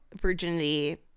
virginity